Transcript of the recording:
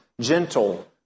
gentle